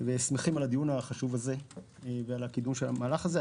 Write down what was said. אנחנו שמחים על הדיון החשוב הזה ועל קידום המהלך הזה.